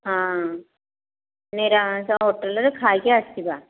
ହଁ ନିରାମିଷ ହୋଟେଲ୍ରେ ଖାଇକି ଆସିବା